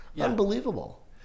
unbelievable